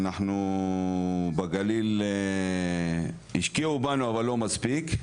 ואנחנו בגליל השקיעו בנו אבל לא מספיק,